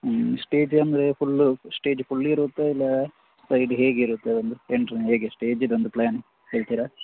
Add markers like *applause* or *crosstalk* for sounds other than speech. ಹ್ಞೂ ಸ್ಟೇಜ್ ಅಂದರೆ full stage full ಇರುತ್ತಾ ಇಲ್ಲಾ ಇದು ಹೇಗಿರುತ್ತೆ *unintelligible* ಎಂಟ್ರಿ ಹೇಗೆ ಸ್ಟೇಜಿದು ಒಂದು ಪ್ಲಾನ್ ಹೇಳ್ತೀರಾ